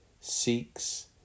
seeks